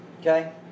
Okay